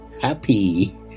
happy